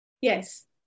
Yes